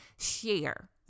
share